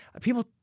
People